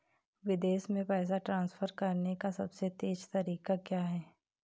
विदेश में पैसा ट्रांसफर करने का सबसे तेज़ तरीका क्या है?